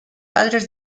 padres